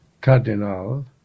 cardinal